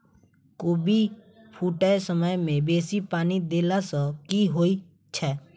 कोबी फूटै समय मे बेसी पानि देला सऽ की होइ छै?